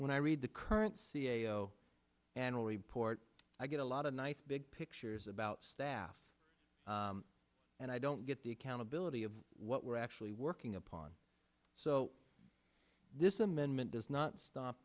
when i read the current c e o annual report i get a lot of nice big pictures about staff and i don't get the accountability of what we're actually working upon so this amendment does not stop